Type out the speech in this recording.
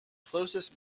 closest